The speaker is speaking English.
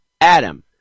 Adam